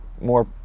more